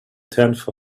tenth